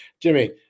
Jimmy